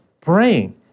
praying